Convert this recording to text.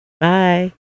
bye